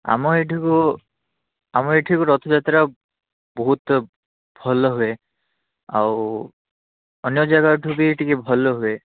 ଆମ ଏଠିକୁ ଆମ ଏଠିକୁ ରଥଯାତ୍ରା ବହୁତ ଭଲ ହୁଏ ଆଉ ଅନ୍ୟ ଯାଗା ଠୁ ବି ଟିକେ ଭଲ ହୁଏ